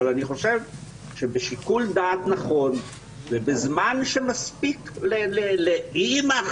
אבל אני חושב שבשיקול דעת נכון ובזמן שמספיק אם אכן